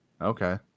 Okay